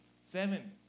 Seven